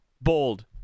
bold